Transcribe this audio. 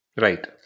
Right